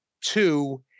two